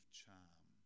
charm